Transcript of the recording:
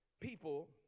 people